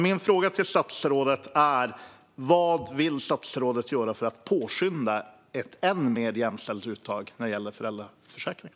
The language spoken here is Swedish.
Min fråga till statsrådet är: Vad vill statsrådet göra för att påskynda ett än mer jämställt uttag av föräldraförsäkringen?